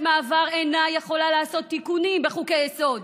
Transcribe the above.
מעבר אינה יכולה לעשות תיקונים בחוקי-יסוד.